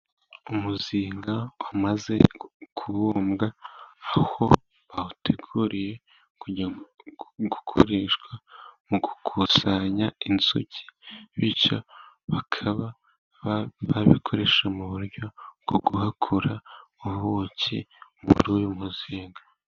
Umuzinga wamaze kubumbwa, aho bawuteguriye kujya gukoreshwa mu gukusanya inzuki, bityo bakaba babikoresha mu buryo bwo guhakura ubuki muri uyu muzinga.